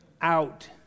out